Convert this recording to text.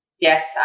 yes